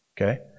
Okay